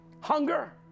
Hunger